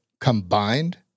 combined